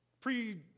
pre